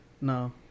No